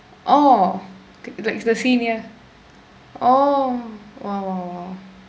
oh like the senior oh !wow! !wow!